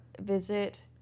visit